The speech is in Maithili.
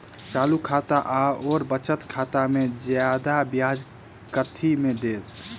चालू खाता आओर बचत खातामे जियादा ब्याज कथी मे दैत?